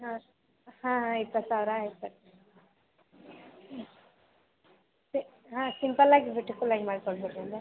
ಹಾಂ ಹಾಂ ಇಪ್ಪತ್ತಾರು ಆಯಿತು ಹ್ಞೂ ಸೆ ಹಾಂ ಸಿಂಪಲ್ ಆಗಿ ಬ್ಯೂಟಿಫುಲ್ ಆಗಿ ಮಾಡ್ಕೊಡ್ಬೇಕು ಅಂದರೆ